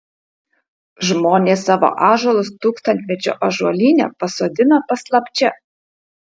žmonės savo ąžuolus tūkstantmečio ąžuolyne pasodina paslapčia